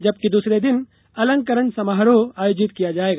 जबकि दूसरे दिन अलंकरण समारोह आयोजित किया जाएगा